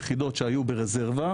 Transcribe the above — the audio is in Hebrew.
יחידות שהיו ברזרבה,